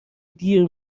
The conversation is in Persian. دیر